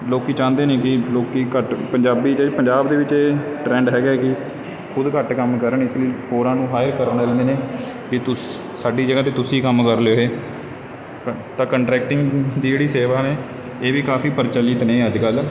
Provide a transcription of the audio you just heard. ਲੋਕ ਚਾਹੁੰਦੇ ਨੇ ਕਿ ਲੋਕ ਘੱਟ ਪੰਜਾਬੀ ਜਿਹੜੇ ਪੰਜਾਬ ਦੇ ਵਿੱਚ ਟਰੈਂਡ ਹੈਗਾ ਹੈ ਕਿ ਖੁਦ ਘੱਟ ਕੰਮ ਕਰਨ ਇਸ ਲਈ ਹੋਰਾਂ ਨੂੰ ਹਾਇਰ ਕਰ ਲੈ ਲੈਂਦੇ ਨੇ ਕਿ ਤੁਸੀਂ ਸਾਡੀ ਜਗ੍ਹਾ 'ਤੇ ਤੁਸੀਂ ਕੰਮ ਕਰ ਲਿਓ ਇਹ ਤਾਂ ਤਾਂ ਕਾਂਟਰੈਕਟਿੰਗ ਦੀ ਜਿਹੜੀ ਸੇਵਾ ਨੇ ਇਹ ਵੀ ਕਾਫੀ ਪ੍ਰਚਲਿਤ ਨੇ ਅੱਜ ਕੱਲ੍ਹ